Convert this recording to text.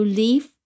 leave